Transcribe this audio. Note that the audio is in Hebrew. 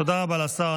תודה רבה לשר.